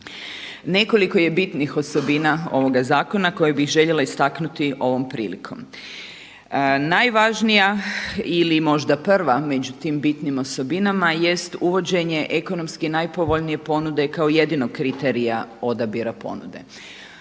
Nekoliko je bitnih osobina ovoga zakona koje bih željela istaknuti ovom prilikom. Najvažnija ili možda prva među tim bitnim osobinama jest uvođenje ekonomski najpovoljnije ponude kao jedinog kriterija odabira ponude.